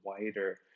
wider